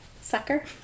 sucker